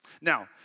Now